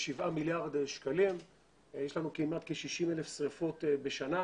לנו כ-60,000 שריפות בשנה,